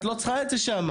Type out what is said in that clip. את לא צריכה את זה שם,